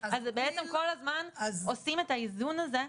אז בעצם כל הזמן עושים את האיזון הזה.